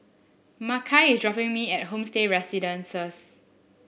Makai is dropping me off at Homestay Residences